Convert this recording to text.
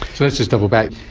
so let's just double back.